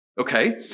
Okay